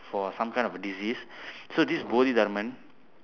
for some kind of disease so this bodhidharma